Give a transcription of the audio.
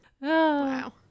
Wow